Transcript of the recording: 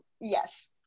yes